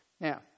Now